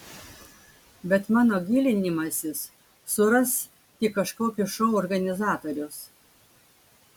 bet mano gilinimasis suras tik kažkokius šou organizatorius